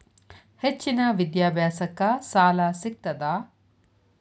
ಹೆಚ್ಚಿನ ವಿದ್ಯಾಭ್ಯಾಸಕ್ಕ ಸಾಲಾ ಸಿಗ್ತದಾ?